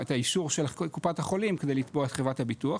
את האישור של קופת החולים כדי לתבוע את חברת הביטוח,